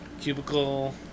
cubicle